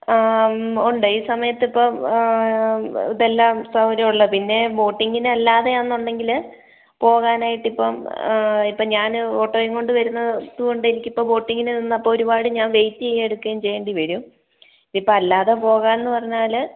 ഉണ്ട് ഈ സമയത്ത് ഇപ്പോൾ ഇത് എല്ലാം സൗകര്യം ഉള്ള പിന്നെ ബോട്ടിംഗിന് അല്ലാതെയാണെന്നുണ്ടെങ്കിൽ പോകാൻ ആയിട്ട് ഇപ്പം ഇപ്പം ഞാൻ ഓട്ടോയും കൊണ്ട് വരുന്നത് കൊണ്ട് എനിക്ക് ഇപ്പം ബോട്ടിംഗിന് നിന്നപ്പോൾ ഒരുപാട് ഞാൻ വെയിറ്റ് ചെയ്യുകയും എടുക്കുകയും ചെയ്യേണ്ടി വരും ഇപ്പോൾ അല്ലാതെ പോകുക എന്ന് പറഞ്ഞാൽ